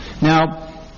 Now